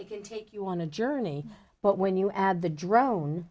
it can take you on a journey but when you add the drone